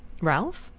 ralph?